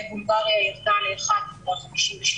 ובולגריה ירדה ל-1.96%.